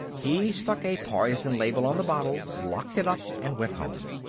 he stuck a poison-label on the bottle, locked it up, and went home.